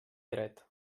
dret